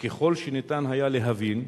וככל שניתן היה להבין,